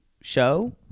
show